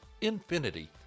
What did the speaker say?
Infinity